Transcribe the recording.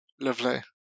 Lovely